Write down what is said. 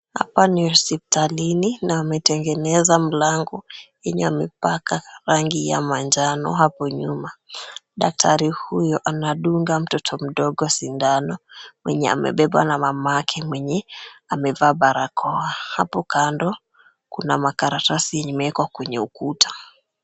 Hapa ni hospitalini na ametengeneza mlango, yenye amepaka rangi ya manjano hapo nyuma. Daktari huyo anadunga mtoto mdogo sindano, mwenye amebebwa na mamake, mwenye amevaa barakoa. Hapo kando kuna makaratasi imeekwa kwenye ukuta.